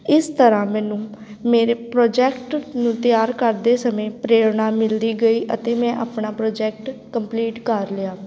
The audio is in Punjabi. ਇਸ ਤਰ੍ਹਾਂ ਮੈਨੂੰ ਮੇਰੇ ਪ੍ਰੋਜੈਕਟ ਨੂੰ ਤਿਆਰ ਕਰਦੇ ਸਮੇਂ ਪ੍ਰੇਰਣਾ ਮਿਲਦੀ ਗਈ ਅਤੇ ਮੈਂ ਆਪਣਾ ਪ੍ਰੋਜੈਕਟ ਕੰਪਲੀਟ ਕਰ ਲਿਆ